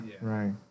Right